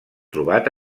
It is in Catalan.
trobat